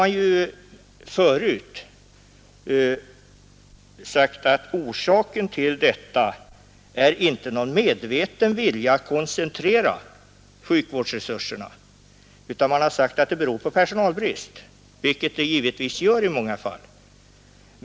Det har tidigare sagts att denna utveckling inte beror på någon medveten vilja att koncentrera sjukvårdsresurserna, utan orsaken har varit personalbrist, vilket det givetvis kan ha varit i många fall.